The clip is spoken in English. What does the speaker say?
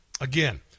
Again